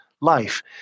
life